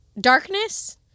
darkness